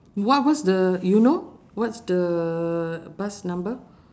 what what's the you know what's the bus number